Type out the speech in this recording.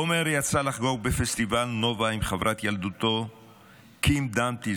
עומר יצא לחגוג בפסטיבל נובה עם חברת ילדותו קים דמתי,